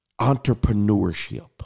entrepreneurship